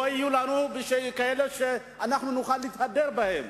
לא יהיו לנו אנשים שנוכל להתהדר בהם.